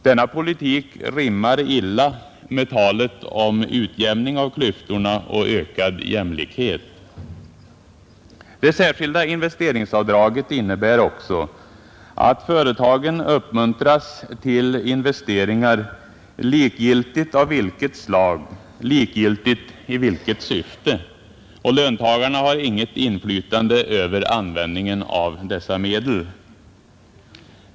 Denna politik rimmar illa med talet om utjämning av klyftorna och ökad jämlikhet. Det särskilda investeringsavdraget innebär också att företagen uppmuntras till investeringar, likgiltigt av vilket slag, likgiltigt i vilket syfte. Löntagarna har inget inflytande över användningen av dessa medel.